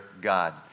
God